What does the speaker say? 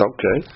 Okay